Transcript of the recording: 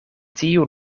tiu